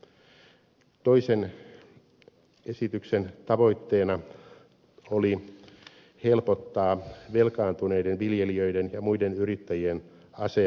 toisen esityksen tavoitteena oli helpottaa velkaantuneiden viljelijöiden ja muiden yrittäjien asemaa